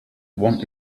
one